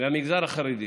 מהמגזר החרדי,